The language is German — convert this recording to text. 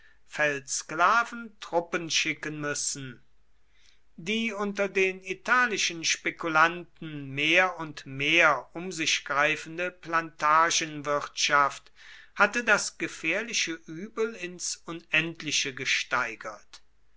feldsklaven truppen schicken müssen die unter den italischen spekulanten mehr und mehr um sich greifende plantagenwirtschaft hatte das gefährliche übel ins unendliche gesteigert